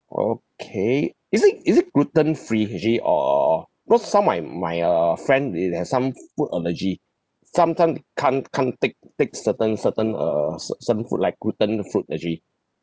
okay is it is it gluten free actually uh because some of my my uh friend it has some f~ food allergy some some can't can't take take certain certain uh cer~ certain food like gluten uh food actually